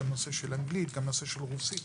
רוסית,